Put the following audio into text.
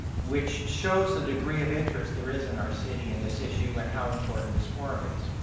which shows the degree of interest there is in our city in this issue and how important this forum is.